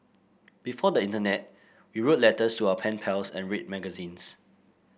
before the internet we wrote letters to our pen pals and read magazines